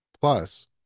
Plus